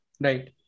Right